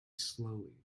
slowly